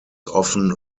often